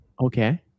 Okay